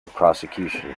prosecution